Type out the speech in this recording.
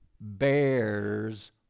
bears